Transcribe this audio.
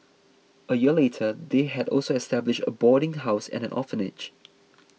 a year later they had also established a boarding house and an orphanage